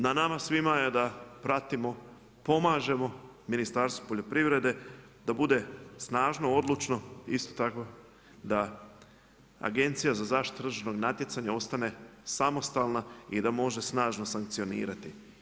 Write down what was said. Na nama svima je da pratimo, pomažemo Ministarstvu poljoprivrede da bude snažno, odlučno, isto tako da Agencija za zaštitu tržišnog natjecanja ostane samostalna i da može snažno sankcionirati.